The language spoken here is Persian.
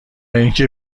اینکه